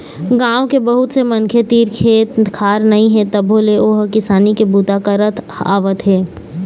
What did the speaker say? गाँव के बहुत से मनखे तीर खेत खार नइ हे तभो ले ओ ह किसानी के बूता करत आवत हे